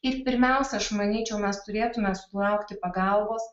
ir pirmiausia aš manyčiau mes turėtume sulaukti pagalbos